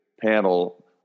panel